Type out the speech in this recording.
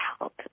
help